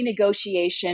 renegotiation